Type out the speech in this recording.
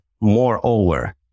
moreover